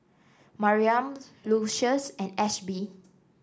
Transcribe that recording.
Mariam Lucius and Ashby